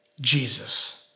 Jesus